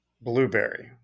Blueberry